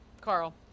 carl